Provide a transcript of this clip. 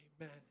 Amen